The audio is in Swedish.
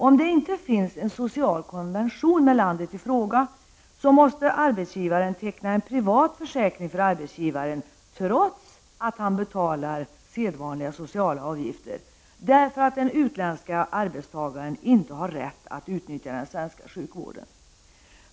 Om det inte finns en social konvention med landet i fråga, måste arbetsgivaren teckna en privat försäkring för arbetstagaren — trots att han betalar sedvanliga sociala avgifter — därför att den utländska arbetstagaren inte har rätt att utnyttja den svenska sjukvården.